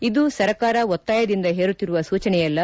ಇದು ಸರ್ಕಾರ ಒತ್ತಾಯದಿಂದ ಪೇರುತ್ತಿರುವ ಸೂಚನೆಯಲ್ಲ